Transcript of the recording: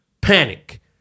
panic